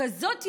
בכזאת יעילות,